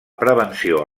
prevenció